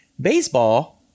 Baseball